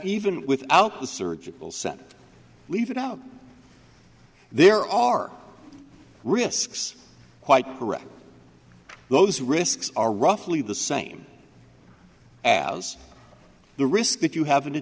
even without the surgical center leave it out there are risks quite correct those risks are roughly the same as the risk that you have a